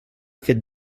fet